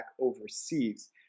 overseas